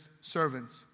servants